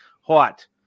Hot